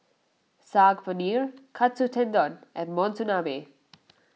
Saag Paneer Katsu Tendon and Monsunabe